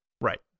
right